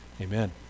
Amen